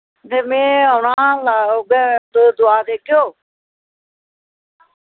ते में औना ला उ'यै तुस दोआ देगे ओ